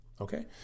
Okay